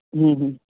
ᱦᱮᱸ ᱦᱮᱸ